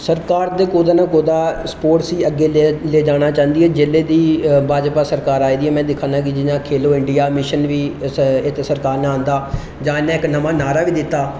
सरकार ते कुतै ना कुतै स्पोर्टस गी अग्गै लेई जाना चांह्दी ऐ ते जेल्ले दी भाजपा सरकार आई दी ऐ में दिक्खा ना जि'यां खेलो इंडिया मिशन बी सरकार ने आंह्दा जां इन्नै इक नमां नारा बी दित्ता